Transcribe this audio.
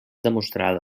demostrada